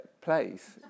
place